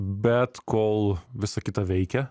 bet kol visa kita veikia